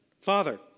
Father